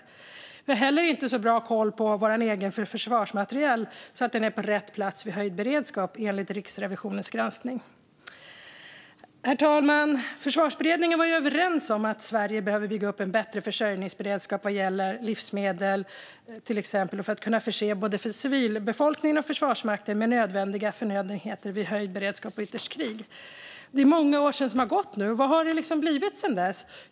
Det råder inte heller så bra koll på försvarsmaterielen så att den finns på rätt plats vid höjd beredskap, enligt Riksrevisionens granskning. Herr talman! Försvarsberedningen var överens om att Sverige behöver bygga upp en bättre försörjningsberedskap vad gäller livsmedel för att kunna förse både civilbefolkningen och Försvarsmakten med nödvändiga förnödenheter vid höjd beredskap och ytterst krig. Många år har gått. Vad har det blivit sedan dess?